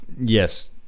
Yes